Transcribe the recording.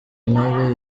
intore